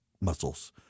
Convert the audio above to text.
muscles